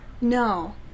No